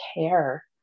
care